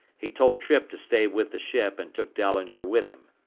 he told trippe to stay with the ship and took dahlinger with him.